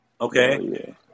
Okay